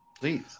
please